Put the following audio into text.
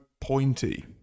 pointy